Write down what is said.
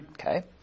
Okay